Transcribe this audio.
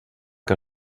que